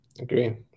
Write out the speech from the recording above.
Agree